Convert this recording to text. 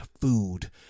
food